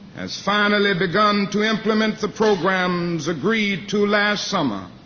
has finally begun to implement the programs agreed to last summer.